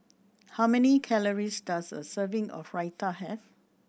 how many calories does a serving of Raita have